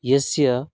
यस्य